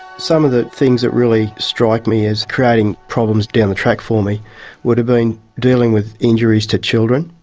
some of the things that really strike me as creating problems down the track for me would have been dealing with injuries to children,